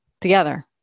together